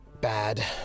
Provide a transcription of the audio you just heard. bad